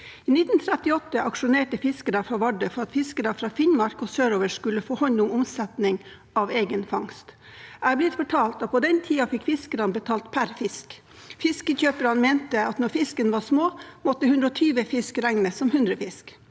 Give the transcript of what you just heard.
I 1938 aksjonerte fiskere fra Vardø for at fiskere fra Finnmark og sørover skulle få hånd om omsetningen av egen fangst. Jeg er blitt fortalt at fiskerne på den tiden fikk betalt per fisk. Fiskekjøperne mente at når fisken var liten, måtte 120 fisker regnes som 100 fisker.